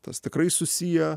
tas tikrai susiję